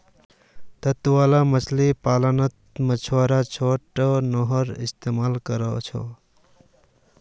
तट वाला मछली पालानोत मछुआरा ला छोटो नओर इस्तेमाल करोह